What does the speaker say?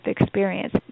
experience